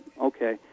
okay